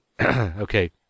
okay